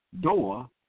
door